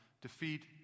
defeat